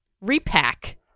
Repack